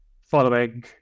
following